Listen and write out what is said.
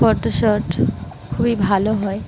photoshoot খুবই ভালো হয়